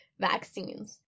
vaccines